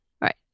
Right